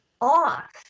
off